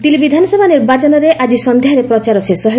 ଦିଲ୍ଲୀ ବିଧାନସଭା ନିର୍ବାଚନରେ ଆଜି ସଂଧ୍ୟାରେ ପ୍ରଚାର ଶେଷ ହେବ